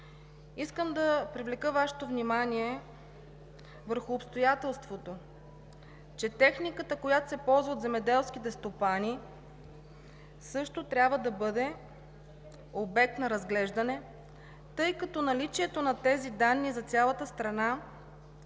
Искам да привлека Вашето внимание върху обстоятелството, че техниката, която се ползва от земеделските стопани, също трябва да бъде обект на разглеждане, тъй като наличието на тези данни за цялата страна